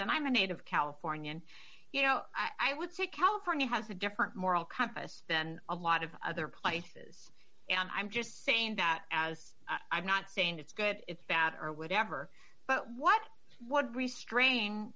and i'm a native californian you know i would say california has a different moral compass than a lot of other life is and i'm just saying that as i'm not saying it's good it's bad or whatever but what what restrain